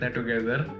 together